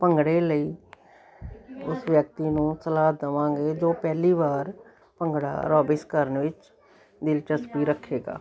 ਭੰਗੜੇ ਲਈ ਉਸ ਵਿਅਕਤੀ ਨੂੰ ਸਲਾਹ ਦੇਵਾਂਗੇ ਜੋ ਪਹਿਲੀ ਵਾਰ ਭੰਗੜਾ ਰੋਬਿਸ ਕਰਨ ਵਿੱਚ ਦਿਲਚਸਪੀ ਰੱਖੇਗਾ